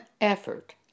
effort